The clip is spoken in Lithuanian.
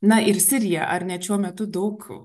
na ir sirija ar net šiuo metu daug